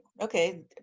okay